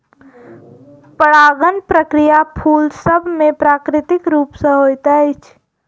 परागण प्रक्रिया फूल सभ मे प्राकृतिक रूप सॅ होइत अछि